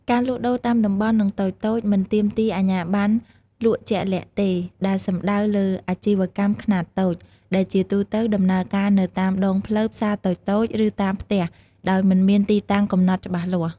ការលក់ដូរតាមតំបន់ និងតូចៗ មិនទាមទារអាជ្ញាប័ណ្ណលក់ជាក់លាក់ទេ ដែលសំដៅលើ អាជីវកម្មខ្នាតតូច ដែលជាទូទៅដំណើរការនៅតាម ដងផ្លូវ ផ្សារតូចៗ ឬ តាមផ្ទះ ដោយមិនមានទីតាំងកំណត់ច្បាស់លាស់។